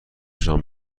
نشان